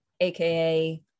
aka